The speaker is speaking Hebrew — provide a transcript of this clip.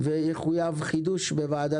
8א,